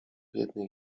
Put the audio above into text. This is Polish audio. jednej